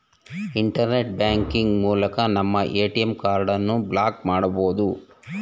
internet banking ಮೂಲಕ ನಮ್ಮ ATM ಕಾರ್ಡನ್ನು ಬ್ಲಾಕ್ ಮಾಡಬೊದು